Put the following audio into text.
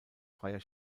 freier